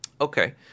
Okay